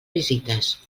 visites